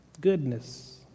Goodness